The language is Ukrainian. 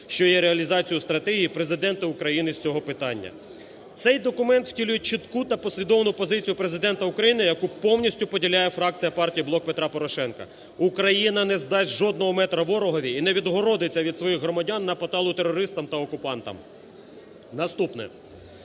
що є реалізацією стратегії Президента України з цього питання. Цей документ втілює чітку та послідовну позицію Президента України, яку повністю поділяє фракція партії "Блок Петра Порошенка". Україна не здасть жодного метра ворогові і не відгородиться від своїх громадян на поталу терористам та окупантам. Наступне.